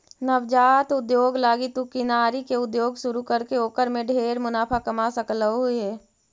नवजात उद्योग लागी तु किनारी के उद्योग शुरू करके ओकर में ढेर मुनाफा कमा सकलहुं हे